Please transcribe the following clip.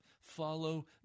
follow